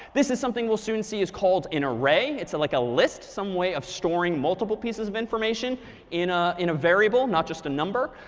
this is something we'll soon see is called an array. it's like a list some way of storing multiple pieces of information in ah in a variable, not just a number.